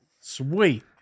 Sweet